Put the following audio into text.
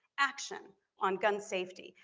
action on gun safety,